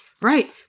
Right